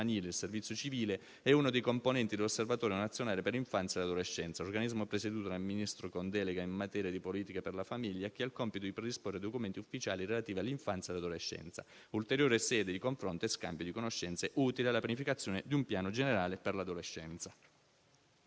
il servizio civile è uno dei componenti dell'Osservatorio nazionale per l'infanzia e l'adolescenza, organismo presieduto dal Ministro con delega in materia di politiche per la famiglia, che ha il compito di predisporre documenti ufficiali relativi all'infanzia e all'adolescenza, ulteriore sede di confronto e scambio di conoscenze, utile alla pianificazione di un piano generale per l'adolescenza.